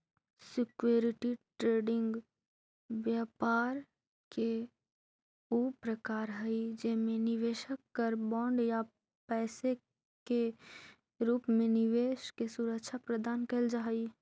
security trading व्यापार के ऊ प्रकार हई जेमे निवेशक कर बॉन्ड या पैसा के रूप में निवेश के सुरक्षा प्रदान कैल जा हइ